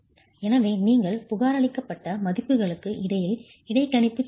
எனவே நீங்கள் புகாரளிக்கப்பட்ட மதிப்புகளுக்கு இடையில் இடைக்கணிப்பு செய்யலாம்